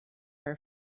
her